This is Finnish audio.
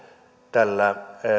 tällä